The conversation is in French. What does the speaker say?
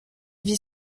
vit